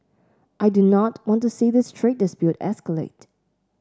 I do not want to see this trade dispute escalate